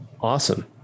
Awesome